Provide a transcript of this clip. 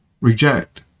reject